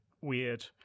weird